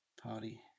Party